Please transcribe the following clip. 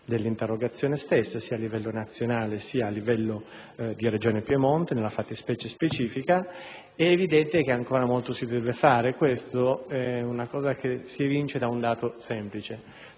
dell'interrogazione stessa, sia a livello nazionale sia a livello di Regione Piemonte nella fattispecie specifica, ed è evidente che ancora molto si deve fare. Ciò si evince da un dato semplice: